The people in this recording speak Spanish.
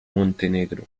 montenegro